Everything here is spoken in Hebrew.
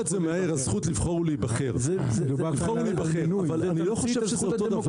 הזכות לבחור ולהיבחר אני לא חושב שזה אותו דבר.